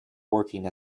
working